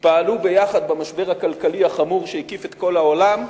פעלו יחד במשבר הכלכלי החמור שהקיף את כל העולם,